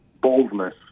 boldness